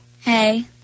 Hey